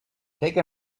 take